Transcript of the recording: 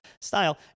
style